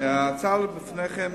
ההצעה שלפניכם,